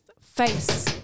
face